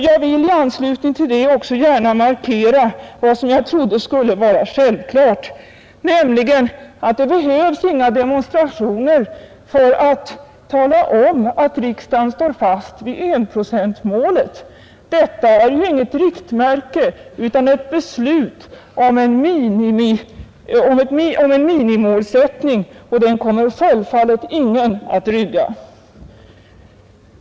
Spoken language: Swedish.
Jag vill i anslutning till detta gärna markera vad jag trodde skulle vara självklart, nämligen att det inte behövs några demonstrationer för att tala om att riksdagen står fast vid enprocentsmålet. Detta är inget riktmärke utan ett beslut om en minimimålsättning, och det kommer självfallet ingen att rygga.